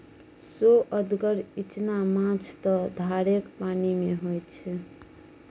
सोअदगर इचना माछ त धारेक पानिमे होए छै